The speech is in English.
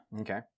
Okay